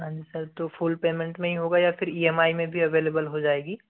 हाँ जी सर तो फुल पेमेंट में ही होगा या फिर ई एम आई में भी अवेलेबल हो जाएगी